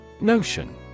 Notion